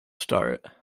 start